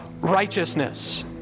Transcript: righteousness